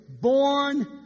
born